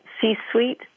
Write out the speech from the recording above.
C-suite